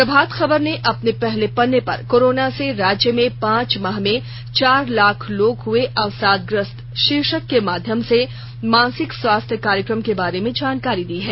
प्रभात खबर ने अपने पहले पन्ने पर कोरोना से राज्य में पांच माह में चार लाख लोग हुए अवसादग्रस्त शीर्षक के माध्यम से मानसिक स्वास्थ्य कार्यक्रम के बारे में जानकारी दी है